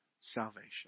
salvation